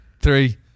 three